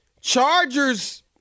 Chargers